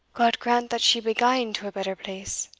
god grant that she be gane to a better place!